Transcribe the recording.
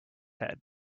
head